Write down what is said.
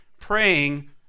praying